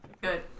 Good